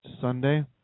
Sunday